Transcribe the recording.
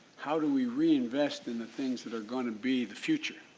how do we reinvest in the things that are going to be the future?